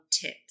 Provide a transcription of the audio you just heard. Tips